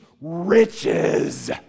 riches